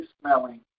smelling